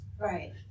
right